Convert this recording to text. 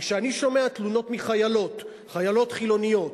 וכשאני שומע תלונות מחיילות, חיילות חילוניות,